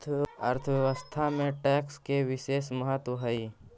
अर्थव्यवस्था में टैक्स के बिसेस महत्व हई